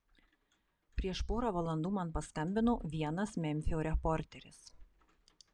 prieš porą valandų man paskambino vienas memfio reporteris